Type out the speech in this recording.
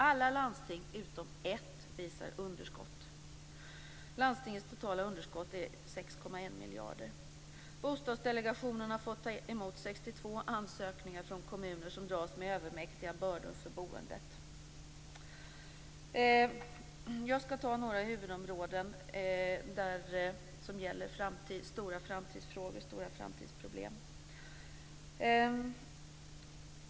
Alla landsting utom ett visar underskott. Landstingens totala underskott är 6,1 miljarder kronor. Bostadsdelegationen har fått ta emot 62 ansökningar från kommuner som dras med övermäktiga bördor för boendet. Jag skall ta några huvudområden som gäller stora framtidsproblem.